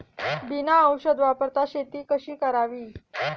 बिना औषध वापरता शेती कशी करावी?